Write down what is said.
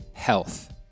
health